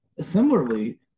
similarly